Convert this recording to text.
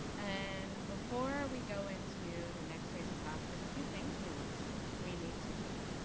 and before we go in to the next phase of talks there is a few thank yous we need to do.